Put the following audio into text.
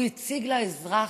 הוא הציג לאזרח,